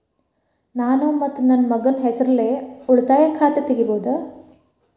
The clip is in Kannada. ನಾನು ಮತ್ತು ನನ್ನ ಮಗನ ಹೆಸರಲ್ಲೇ ಉಳಿತಾಯ ಖಾತ ತೆಗಿಬಹುದ?